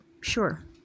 sure